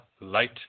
Light